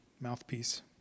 mouthpiece